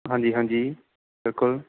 ਹਾਂਜੀ ਹਾਂਜੀ ਬਿਲਕੁਲ